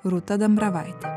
rūta dambravaitė